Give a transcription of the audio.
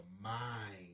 mind